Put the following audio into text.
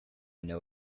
know